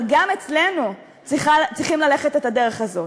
אבל גם אצלנו צריכים ללכת את הדרך הזאת,